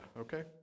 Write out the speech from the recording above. Okay